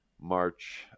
March